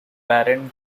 warren